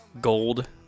gold